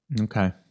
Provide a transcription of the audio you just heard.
Okay